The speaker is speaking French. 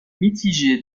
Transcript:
mitigé